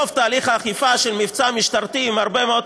מסקנות דוח מבקר המדינה על מבצע "צוק איתן" מטעם מרצ,